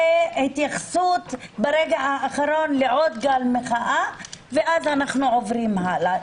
זאת התייחסות ברגע האחרון לעוד גל מחאה ואז אנחנו עוברים הלאה.